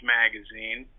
magazine